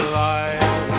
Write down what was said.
life